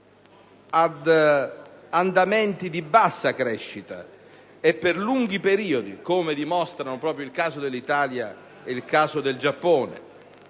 ad andamenti di bassa crescita e per lunghi periodi, come dimostrano i casi dell'Italia e del Giappone.